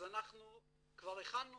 אנחנו כבר הכנו